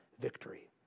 victory